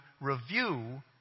review